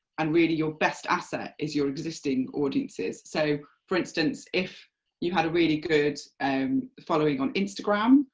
and really your best asset is your existing audiences. so for instance, if you had a really good um following on instagram,